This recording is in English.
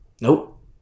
Nope